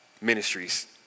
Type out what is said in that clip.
ministries